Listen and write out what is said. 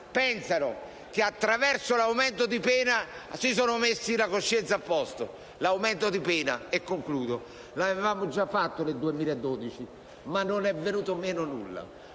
pensano che attraverso l'aumento della pena si sono messi la coscienza a posto. L'aumento di pena l'avevamo già introdotto nel 2012, ma non è venuto meno nulla.